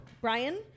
brian